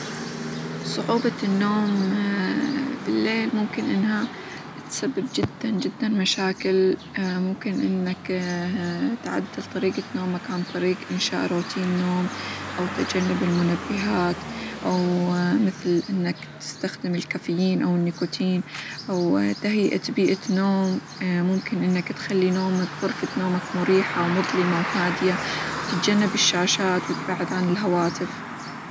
صعوبة النوم بالليل ممكن إنها تسبب جدًا جدًا مشاكل ممكن إنك تعدل طريقة نومك عن طريق إنشاء روتين نوم، أو تجنب المنبهات، أو مثل: إنك تستخدم الكافيين، أو النيكوتين، أو تهيئة بيئة نوم ممكن إنك تخلي -نومك- غرفة نومك مريحة، ومظلمة، وهادية، وتتجنب الشاشات ، وتبعد عن الهواتف.